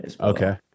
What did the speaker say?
Okay